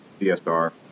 CSR